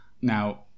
Now